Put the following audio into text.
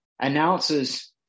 announces